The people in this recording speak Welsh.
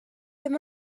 ddim